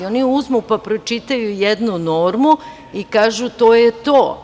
Oni uzmu pa pročitaju jednu normu i kažu – to je to.